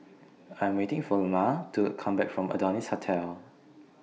I Am waiting For Ilma to Come Back from Adonis Hotel